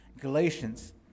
Galatians